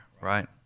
Right